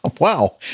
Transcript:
wow